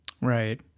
Right